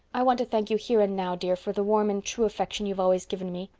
i want to thank you here and now, dear, for the warm and true affection you've always given me.